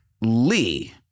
Lee